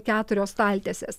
keturios staltiesės